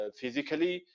physically